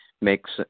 makes